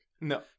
No